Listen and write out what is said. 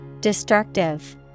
Destructive